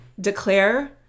declare